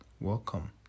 welcome